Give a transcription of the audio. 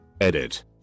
Edit